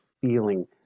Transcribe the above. feeling